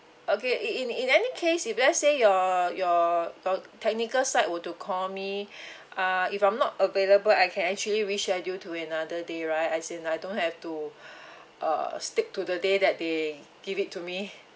okay in in any case if let say your your your technical side would to call me uh if I'm not available I can actually reschedule to another day right as in I don't have to uh stick to the day that they give it to me